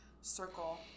circle